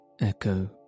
echo